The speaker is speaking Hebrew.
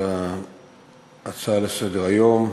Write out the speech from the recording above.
על ההצעה לסדר-היום.